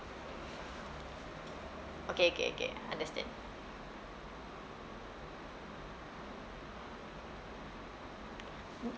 okay okay okay understand